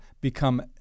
become